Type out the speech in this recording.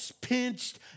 pinched